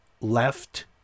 left